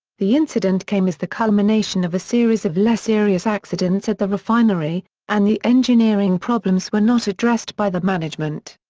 the incident came as the culmination of a series of less serious accidents at the refinery, and the engineering problems were not addressed by the management.